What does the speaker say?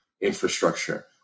infrastructure